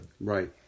Right